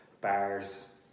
bars